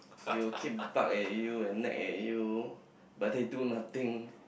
they'll keep bark at you and nag at you but they do nothing